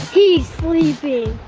he's sleeping.